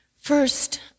First